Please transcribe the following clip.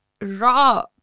raw